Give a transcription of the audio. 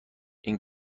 این